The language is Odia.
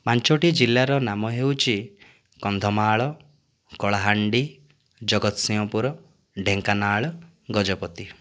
ପାଞ୍ଚୋଟି ଜିଲ୍ଲାର ନାମ ହେଉଛି କନ୍ଧମାଳ କଳାହାଣ୍ଡି ଜଗତସିଂହପୁର ଢେଙ୍କାନାଳ ଗଜପତି